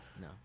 No